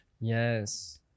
yes